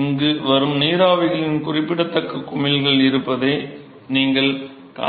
இங்கு வரும் நீராவிகளின் குறிப்பிடத்தக்க குமிழ்கள் இருப்பதை நீங்கள் காண்பீர்கள்